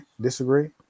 Disagree